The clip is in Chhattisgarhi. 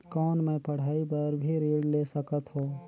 कौन मै पढ़ाई बर भी ऋण ले सकत हो?